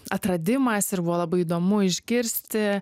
atradimas ir buvo labai įdomu išgirsti